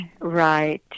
Right